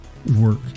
work